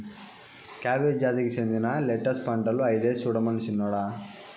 cabbage జాతికి చెందిన lettuce పంటలు ఐదేసి సూడమను సిన్నోడా